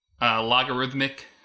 logarithmic